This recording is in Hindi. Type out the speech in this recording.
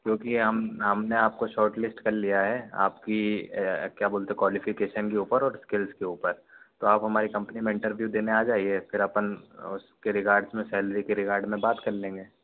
क्योंकि हम हम ने आपको शॉर्टलिस्ट कर लिया है आपकी क्या बोलते हैं क्वालिफ़िकेशन के ऊपर इस्किल के ऊपर तो आप हमारी कंपनी में इंटरव्यू देने आ जाइए फिर अपन उसके रिगार्ड में सैलरी के रिगार्ड में बात कर लेंगे